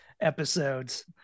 episodes